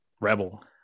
Rebel